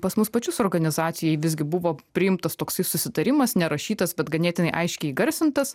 pas mus pačius organizacijoj visgi buvo priimtas toksai susitarimas nerašytas bet ganėtinai aiškiai įgarsintas